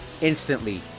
instantly